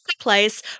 place